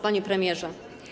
Panie Premierze!